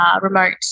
remote